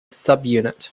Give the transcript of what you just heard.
subunit